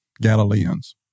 Galileans